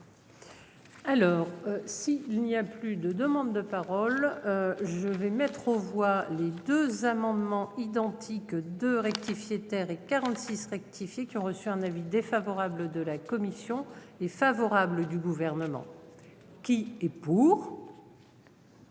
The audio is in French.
Alors s'il n'y a plus de demandes de parole. Je vais mettre aux voix les 2 amendements identiques de rectifier terre et 46 rectifié qui ont reçu un avis défavorable de la commission est favorable du gouvernement. Qui est pour.